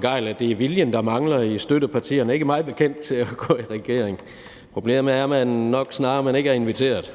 Gejl, at det er viljen, der mangler i støttepartierne, ikke mig bekendt, til at gå i regering. Problemet er nok snarere, at man ikke er inviteret,